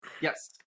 yes